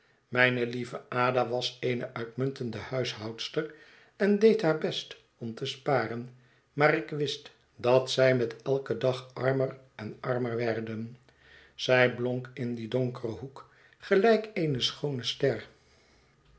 mijne lieve ada was eene uitmuntende huishoudster en deed haar best om te sparen maar ik wist dat zij met eiken dag armer en armer werden zij blonk in dien donkeren hoek gelijk eene schoone ster